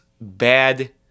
bad